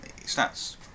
Stats